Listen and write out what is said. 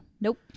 Nope